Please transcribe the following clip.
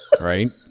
Right